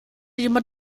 jemand